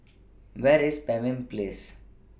Where IS Pemimpin Place